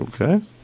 Okay